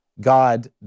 God